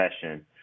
session